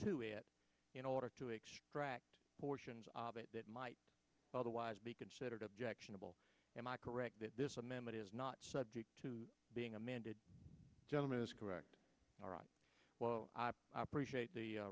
to it in order to extract portions of it that might otherwise be considered objectionable am i correct that this amendment is not subject to being amended gentleman is correct all right well i appreciate the